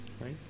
right